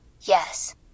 Yes